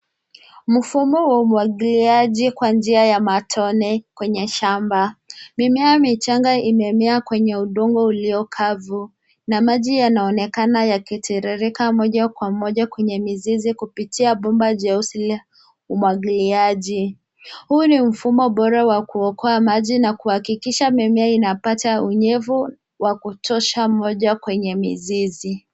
Mfumo wa umwagiliaji kwa njia ya matone kwenye shamba. Mimea michanga imemea kwenye udongo uliokavu na maji yanaonekana yakitiririka moja kwa moja kwenye mizizi kupitia bomba jeusi la umwagiliaji. Huu ni mfumo bora wa kuokoa maji na kuhakikisha mimea inapata unyevu wa kutosha moja kwenye mizizi.